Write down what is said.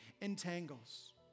entangles